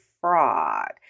fraud